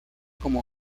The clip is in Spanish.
como